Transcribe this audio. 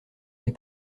n’ai